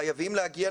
אנחנו ערוכים למתווים.